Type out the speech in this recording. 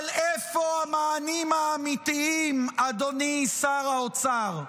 אבל איפה המענים האמיתיים, אדוני שר האוצר?